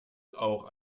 auch